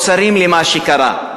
או שרים למה שקרה.